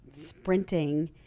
sprinting